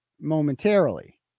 momentarily